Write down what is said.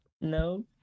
No